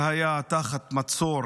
שהיה תחת מצור